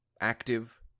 Active